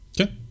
Okay